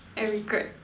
I regret